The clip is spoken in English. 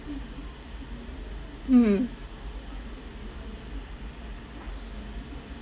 mm